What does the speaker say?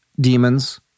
demons